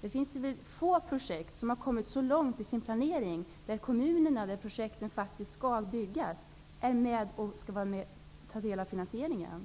Det är få projekt som har kommit så långt i planeringen och där de kommuner som projekten berör skall vara med och finansiera.